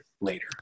later